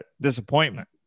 disappointment